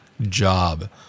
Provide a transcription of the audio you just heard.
job